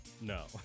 no